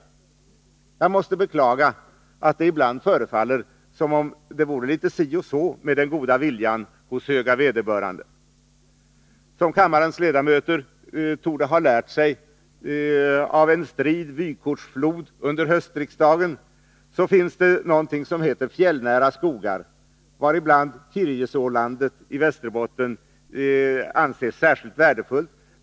Jag måste beklaga att det ibland förefaller som om det vore litet si och så med den goda viljan hos höga vederbörande. Som kammarens ledamöter torde ha lärt sig av en strid vykortsflod under höstsessionen finns det något som heter fjällnära skogar, varibland Kirjesålandet i Västerbotten anses särskilt värdefullt.